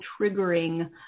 triggering